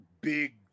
big